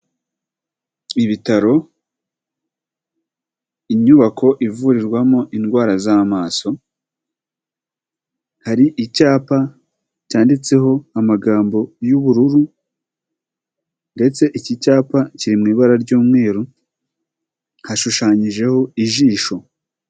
Ibitaro, inyubako ivurirwamo indwara z'amaso, hari icyapa cyanditseho amagambo y'ubururu, ndetse iki cyapa kiri mu ibara ry'umweru, hashushanyijeho ijisho.